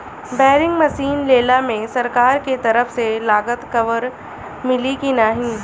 Boring machine लेला मे सरकार के तरफ से लागत कवर मिली की नाही?